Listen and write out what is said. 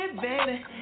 baby